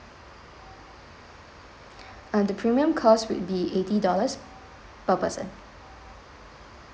uh the premium cost would be eighty dollars per person